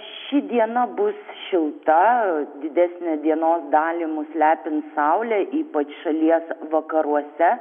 ši diena bus šilta didesnę dienos dalį mus lepins saulė ypač šalies vakaruose